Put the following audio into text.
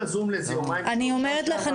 אני אומרת לך,